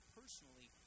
personally